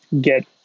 get